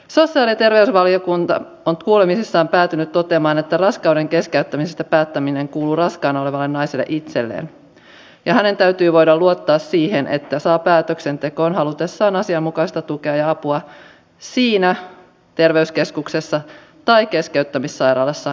sosiaali ja terveysvaliokunta on kuulemisissaan päätynyt toteamaan että raskauden keskeyttämisestä päättäminen kuuluu raskaana olevalle naiselle itselleen ja hänen täytyy voida luottaa siihen että saa päätöksentekoon halutessaan asianmukaista tukea ja apua siinä terveyskeskuksessa tai keskeyttämissairaalassa johon hän hakeutuu